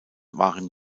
waren